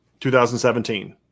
2017